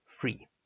free